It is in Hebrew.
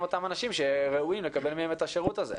אותם אנשים שראויים לקבל מהם את השירות הזה.